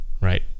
right